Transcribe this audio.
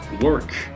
Work